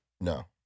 No